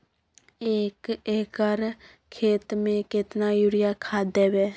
एक एकर खेत मे केतना यूरिया खाद दैबे?